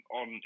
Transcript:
on